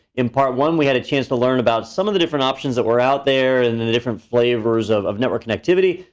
in part one, we had a chance to learn about some of the different options that were out there, and the the different flavors of of network connectivity.